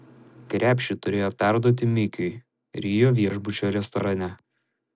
krepšį turėjo perduoti mikiui rio viešbučio restorane